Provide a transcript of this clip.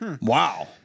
Wow